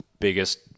biggest